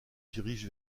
dirige